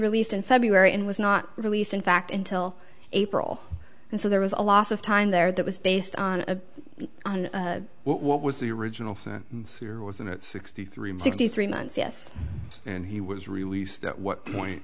released in february and was not released in fact until april and so there was a lot of time there that was based on a what was the original set theory wasn't it sixty three sixty three months yes and he was released at what point